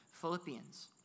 Philippians